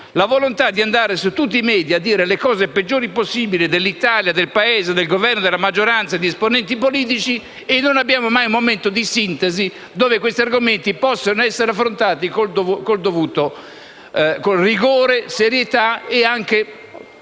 la possibilità di andare su tutti i *media* a dire le cose peggiori dell'Italia, del Paese, del Governo, della maggioranza, di esponenti politici, senza avere mai un momento di sintesi in cui questi argomenti possono essere affrontati con rigore, serietà e anche